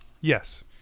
Yes